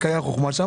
גם